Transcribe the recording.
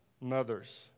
mothers